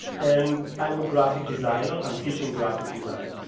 and i'm a graphic designer. i'm teaching graphic design.